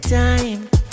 time